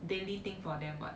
daily thing for them [what]